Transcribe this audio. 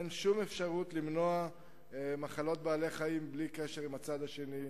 אין שום אפשרות למנוע מחלות בעלי-חיים בלי קשר עם הצד השני,